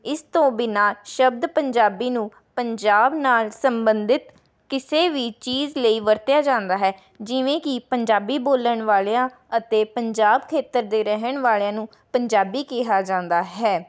ਇਸ ਤੋਂ ਬਿਨ੍ਹਾਂ ਸ਼ਬਦ ਪੰਜਾਬੀ ਨੂੰ ਪੰਜਾਬ ਨਾਲ ਸੰਬੰਧਿਤ ਕਿਸੇ ਵੀ ਚੀਜ਼ ਲਈ ਵਰਤਿਆ ਜਾਂਦਾ ਹੈ ਜਿਵੇਂ ਕਿ ਪੰਜਾਬੀ ਬੋਲਣ ਵਾਲਿਆਂ ਅਤੇ ਪੰਜਾਬ ਖੇਤਰ ਦੇ ਰਹਿਣ ਵਾਲਿਆਂ ਨੂੰ ਪੰਜਾਬੀ ਕਿਹਾ ਜਾਂਦਾ ਹੈ